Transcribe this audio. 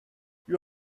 you